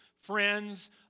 friends